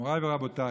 מוריי ורבותיי,